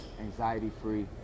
anxiety-free